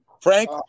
Frank